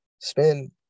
spend